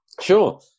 Sure